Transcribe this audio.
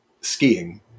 skiing